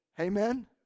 amen